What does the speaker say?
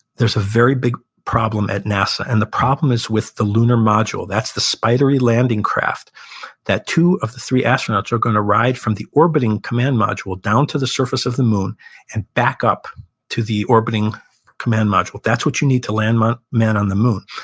there's a very big problem at nasa, and the problem is with the lunar module. that's the spidery landing craft that two of the three astronauts are going to ride from the orbiting command module down the surface of the moon and back up to the orbiting command module. that's what you need to land ah men on the moon.